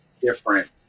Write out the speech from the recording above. different